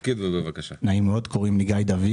המשק היה סגור,